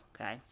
okay